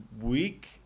week